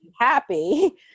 happy